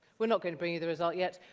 we're not going to bring you the result yet.